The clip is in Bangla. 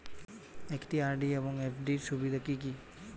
একটি আর.ডি এবং এফ.ডি এর সুবিধা কি কি?